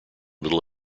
little